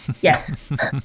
yes